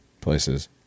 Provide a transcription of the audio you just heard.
places